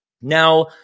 Now